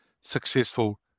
successful